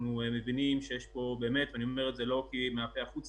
אנחנו מבינים שיש פה ואני לא אומר את זה מהפה אל החוץ